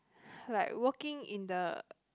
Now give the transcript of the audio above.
like working in the